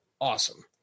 awesome